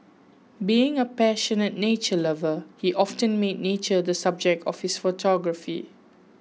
being a passionate nature lover he often made nature the subject of his photography